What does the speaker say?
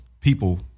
people